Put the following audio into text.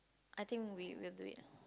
I think we will do it lah